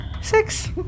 Six